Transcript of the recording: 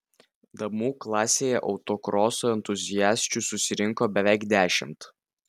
damų klasėje autokroso entuziasčių susirinko beveik dešimt